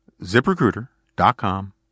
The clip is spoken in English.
ZipRecruiter.com